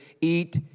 eat